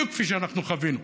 בדיוק כפי שאנחנו חווינו.